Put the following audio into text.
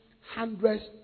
hundreds